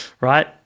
right